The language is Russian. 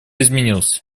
изменился